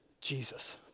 Jesus